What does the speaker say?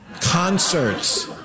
concerts